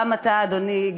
גם אתה אדוני,